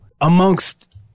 amongst